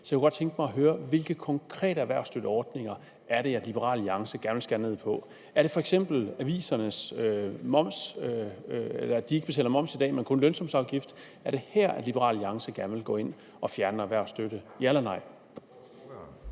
Så jeg kunne godt tænke mig at høre: Hvilke konkrete erhvervsstøtteordninger er det, Liberal Alliance gerne vil skære ned på? Er det f.eks., at aviserne ikke betaler moms i dag, men kun lønsumsafgift? Er det her, Liberal Alliance gerne vil gå ind at fjerne noget erhvervsstøtte – ja eller nej?